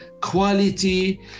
quality